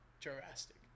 drastic